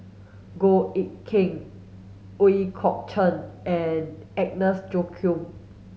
Goh Eck Kheng Ooi Kok Chuen and Agnes Joaquim